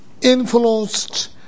influenced